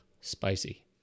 spicy